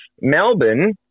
Melbourne